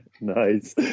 Nice